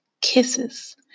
kisses